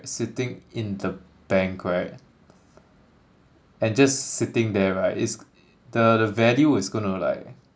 sitting in the bank right and just sitting there right it's the the value is gonna like